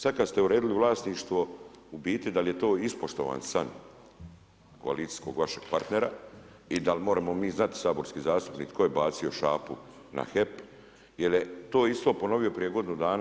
Sad kad ste uredili vlasništvo u biti da li je to ispoštovan san koalicijskog vašeg partnera i da li moramo mi znati saborski zastupnik tko je bacio šapu na HEP, jer je to isto ponovio prije godinu dana.